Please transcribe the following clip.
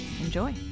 enjoy